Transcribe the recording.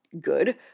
good